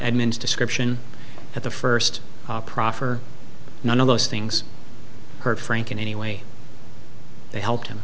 edmonds description at the first proffer none of those things hurt frank in any way they helped him